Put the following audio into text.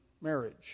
marriage